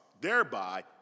thereby